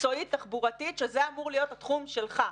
מקצועית תחבורתית שזה אמור להיות התחום שלך,